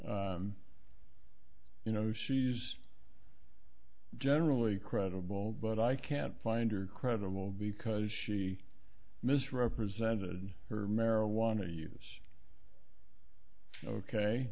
said you know she's generally credible but i can't find her credible because she misrepresented her marijuana use ok